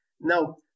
Now